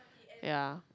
ya